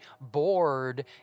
bored